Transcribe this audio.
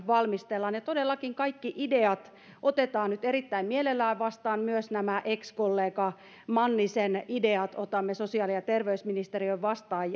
valmistellaan ja todellakin kaikki ideat otetaan nyt erittäin mielellään vastaan myös nämä ex kollega mannisen ideat otamme sosiaali ja terveysministeriössä vastaan